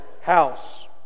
house